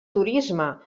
turisme